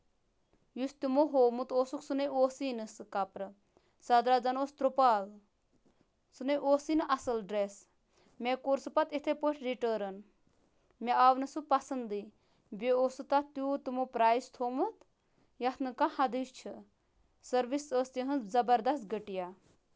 یُس تِمو ہومُت اوسُکھ سُہ نَے اوسُے نہٕ سُہ کَپرٕ سُہ زَن اوس تُرپال سُہ نَے اوسُے نہٕ اَصٕل ڈریس مےٚ کوٚر پَتہٕ سُہ یِتھٕے پٲٹھۍ رِٹٲرٕنۍ مےٚ آو نہٕ سُہ پَسندٕے بیٚیہِ اوس سُہ تتھ تیوٗت تِمو پرایس تھومُت یَتھ نہٕ کانٛہہ حَدٕے چھُ سٔروِس ٲسۍ تِہِنٛز زَبردست گٔٹیا